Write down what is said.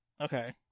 Okay